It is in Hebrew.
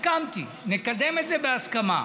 הסכמתי, נקדם את זה בהסכמה.